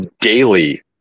daily